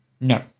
no